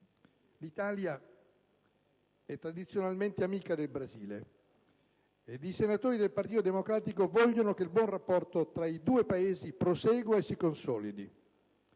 L'Italia è tradizionalmente amica del Basile e i senatori del Partito Democratico vogliono che il buon rapporto tra i due Paesi prosegua e si consolidi.